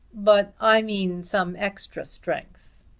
but i mean some extra strength.